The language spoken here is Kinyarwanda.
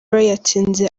yatsinze